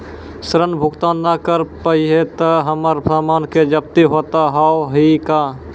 ऋण भुगतान ना करऽ पहिए तह हमर समान के जब्ती होता हाव हई का?